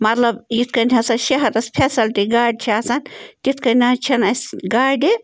مطلب یِتھ کٔنۍ ہسا شہرَس فٮ۪سَلٹی گاڑِ چھِ آسان تِتھ کٔنۍ نَہ حظ چھِنہٕ اَسہِ گاڑِ